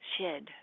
Shed